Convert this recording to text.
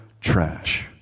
trash